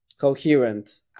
coherent